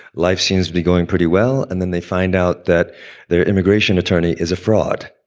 life seems to be going pretty well. and then they find out that their immigration attorney is a fraud.